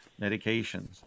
medications